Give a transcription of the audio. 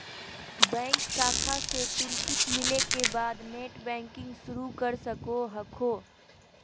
bank शाखा से toolkit मिले के बाद नेटबैंकिंग शुरू कर सको हखो